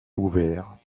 ouvert